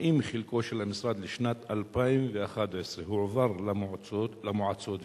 האם חלקו של המשרד לשנת 2011 הועבר למועצות וכמה?